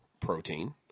protein